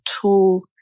tool